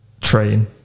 Train